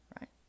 right